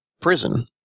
prison